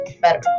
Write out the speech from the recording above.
better